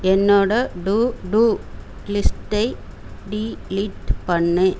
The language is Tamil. என்னோடய டுடூ லிஸ்ட்டை டிலீட் பண்ணு